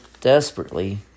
desperately